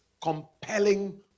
compelling